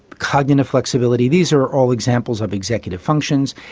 cognitive flexibility. these are all examples of executive functions,